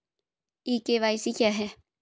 ई KYC क्या है?